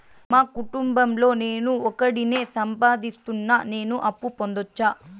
మా కుటుంబం లో నేను ఒకడినే సంపాదిస్తున్నా నేను అప్పు పొందొచ్చా